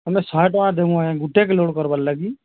ଆମେ ଶହେ ଟଙ୍ଗା ଦେମୁଁ ଆଜ୍ଞା ଗୁଟେକେ ଲୋଡ଼୍ କର୍ବାର୍ ଲାଗି